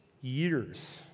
years